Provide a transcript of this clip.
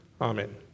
Amen